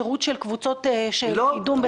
לא, הוא מקבל רק באישור שב"ן.